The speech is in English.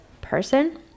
person